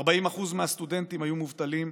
40% מהסטודנטים היו מובטלים,